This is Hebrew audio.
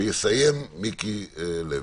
ויסיים מיקי לוי.